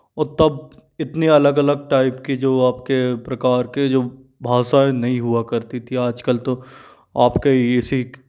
ओ तब इतनी अलग अलग टाइप की जो आपके प्रकार के जो भासाएँ नहीं हुआ करती थी आज आजकल तो आप के ही इसी